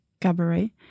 Cabaret